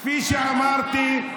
כפי שאמרתי,